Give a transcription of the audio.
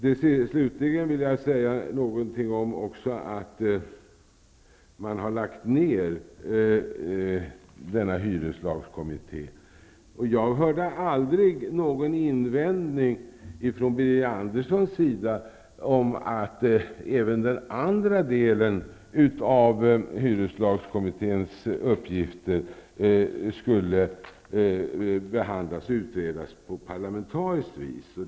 Till sist vill jag säga något om att man har lagt ned denna hyreslagskommitté. Jag hörde aldrig någon invändning från Birger Andersson, att även den andra delen av hyreslagskommitténs uppgifter skulle behandlas och utredas på parlamentariskt vis.